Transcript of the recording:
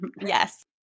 Yes